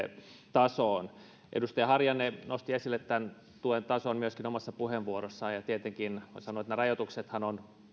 tasoon myöskin edustaja harjanne nosti esille tämän tuen tason omassa puheenvuorossaan ja hän sanoi että nämä rajoituksethan ovat tietenkin